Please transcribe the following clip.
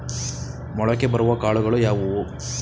ಮೊಳಕೆ ಬರುವ ಕಾಳುಗಳು ಯಾವುವು?